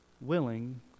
willing